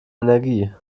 energie